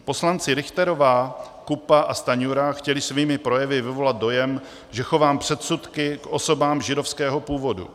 Poslanci Richterová, Kupka a Stanjura chtěli svými projevy vyvolat dojem, že chovám předsudky k osobám židovského původu.